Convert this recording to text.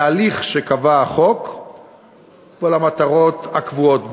בהליך שקבע החוק ולמטרות הקבועות בו.